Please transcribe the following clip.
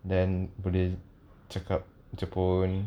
then boleh cakap jepun